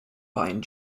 buying